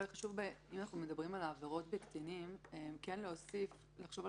אם אנחנו מדברים על העבירות בקטינים אולי חשוב לחשוב על